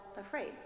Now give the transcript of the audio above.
afraid